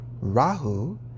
Rahu